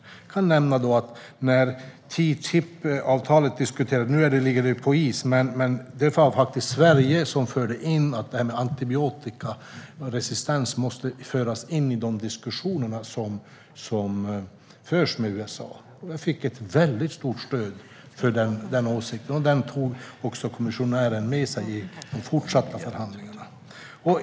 Jag kan nämna att när TTIP-avtalet diskuterades - nu ligger det ju på is - var det faktiskt Sverige som förde in att det här med antibiotikaresistens måste tas med i diskussionerna med USA, och vi fick ett stort stöd för den åsikten. Kommissionären tog också med sig den i de fortsatta förhandlingarna.